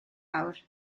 awr